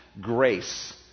grace